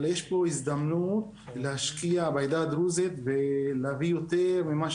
אלא יש פה הזדמנות להשקיע בעדה הדרוזית ולהביא יותר ממה